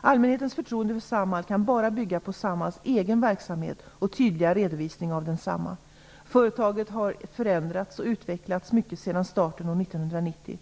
Allmänhetens förtroende för Samhall kan bara bygga på Samhalls egen verksamhet och tydliga redovisning av densamma. Företaget har förändrats och utvecklats mycket sedan starten år 1980.